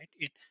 right